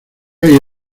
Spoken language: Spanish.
hay